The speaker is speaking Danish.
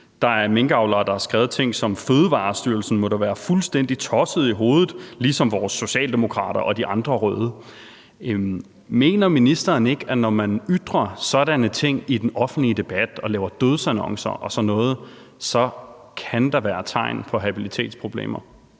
der er minkavlere, der har skrevet sådan nogle ting, som at Fødevarestyrelsen da må være fuldstændig tosset i hovedet ligesom vores Socialdemokrater og de andre røde. Mener ministeren ikke, at der, når man ytrer sådanne ting i den offentlige debat og laver dødsannoncer og sådan noget, så kan være tegn på habilitetsproblemer?